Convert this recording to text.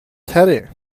تره